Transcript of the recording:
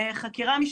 חקירה משטרית,